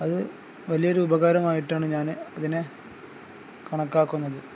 അത് വലിയൊരു ഉപകാരമായിട്ടാണ് ഞാൻ അതിനെ കണക്കാക്കുന്നത്